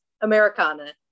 americana